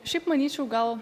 šiaip manyčiau gal